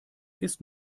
ist